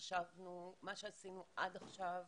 מה שעשינו עד עכשיו,